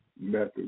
method